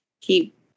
keep